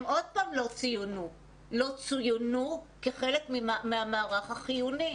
הם עוד פעם לא צוינו כחלק מהמערך החיוני.